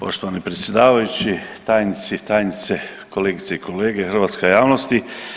Poštovani predsjedavajući, tajnici i tajnice, kolegice i kolege i hrvatska javnosti.